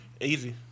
Easy